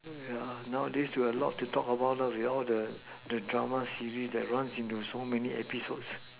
yeah nowadays you have a lot to talk about with all the the drama series that runs into so many episodes